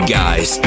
guys